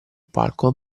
palco